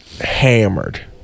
hammered